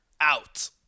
out